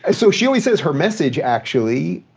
ah so she always says her message, actually,